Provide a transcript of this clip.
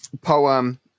poem